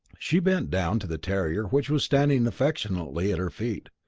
she bent down to the terrier which was standing affectionately at her feet.